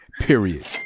period